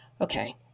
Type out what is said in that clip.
Okay